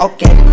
Okay